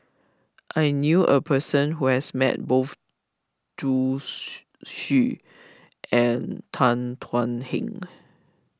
I knew a person who has met both Zhu she Xu and Tan Thuan Heng